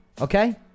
okay